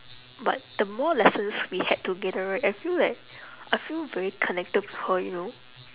but the more lessons we had together I feel that I feel very connected with her you know